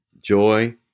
joy